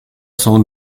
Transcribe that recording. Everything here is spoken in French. cent